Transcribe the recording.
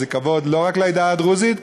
וזה כבוד לא רק לעדה הדרוזית,